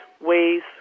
ways